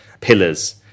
pillars